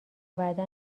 بعدا